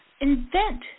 invent